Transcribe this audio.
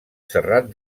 serrat